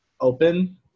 open